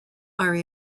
are